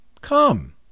come